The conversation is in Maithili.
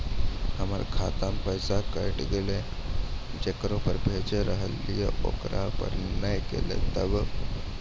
हमर खाता से पैसा कैट गेल जेकरा पे भेज रहल रहियै ओकरा पे नैय गेलै बताबू?